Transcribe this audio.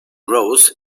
rows